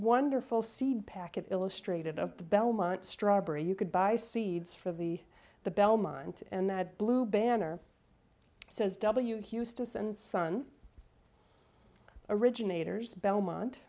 wonderful seed packet illustrated of the belmont strawberry you could buy seeds for the the belmont and that blue banner says w houston sun originator's belmont